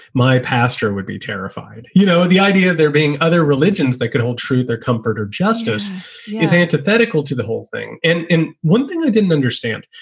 my pastor would be terrified. you know, the idea of there being other religions that could hold truth or comfort or justice is antithetical to the whole thing. and one thing i didn't understand.